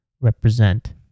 represent